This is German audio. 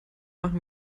machen